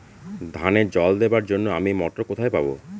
ধানে জল দেবার জন্য আমি মটর কোথায় পাবো?